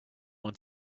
want